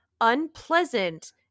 unpleasant